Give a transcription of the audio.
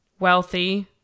Wealthy